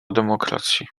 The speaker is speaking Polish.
demokracji